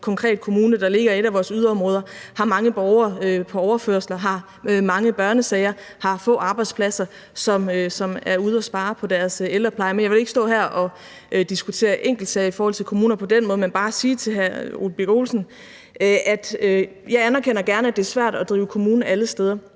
konkret kommune, der ligger i et af vores yderområder, har mange borgere på overførsler, har mange børnesager og har få arbejdspladser, som er ude at spare på deres ældrepleje. Jeg vil ikke stå her og diskutere enkeltsager i forhold til kommuner på den måde, men jeg vil bare sige til hr. Ole Birk Olesen, at jeg gerne anerkender, at det er svært at drive kommune alle steder.